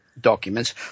documents